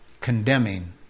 Condemning